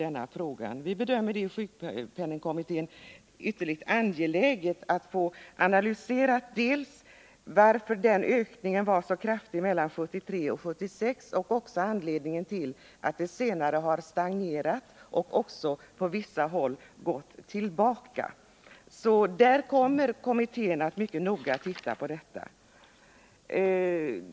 Inom sjukpenningkommittén bedömer vi det som ytterligt angeläget att få analyserat dels varför ökningen i sjukfrånvaron var så kraftig mellan åren 1973 och 1976, dels också anledningen till att den senare har stagnerat och på vissa håll gått tillbaka. Kommittén kommer alltså att mycket noga studera detta.